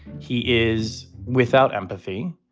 he is without empathy.